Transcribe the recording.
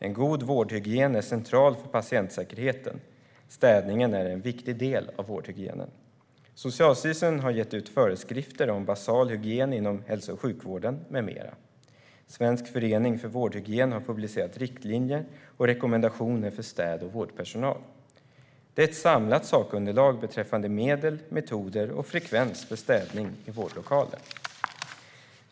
En god vårdhygien är central för patientsäkerheten. Städningen är en viktig del av vårdhygienen. Socialstyrelsen har gett ut föreskrifter om basal hygien inom hälso och sjukvården med mera. Svensk förening för vårdhygien har publicerat riktlinjer och rekommendationer för städ och vårdpersonal. Det är ett samlat sakunderlag beträffande medel, metoder och frekvens för städning i vårdlokaler.